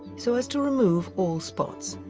so as to remove all spots.